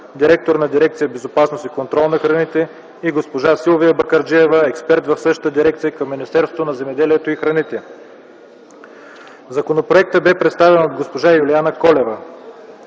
директор на дирекция „Безопасност и контрол на храните”, и госпожа Силвия Бакърджиева – експерт в същата дирекция към Министерство на земеделието и храните. Законопроектът бе представен от госпожа Юлиана Колева.